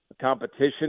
competition